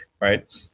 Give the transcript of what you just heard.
right